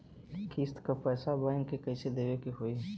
किस्त क पैसा बैंक के कइसे देवे के होई?